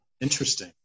Interesting